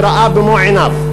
שראה במו-עיניו,